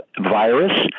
virus